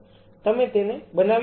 તમે તેને બનાવી પણ શકો છો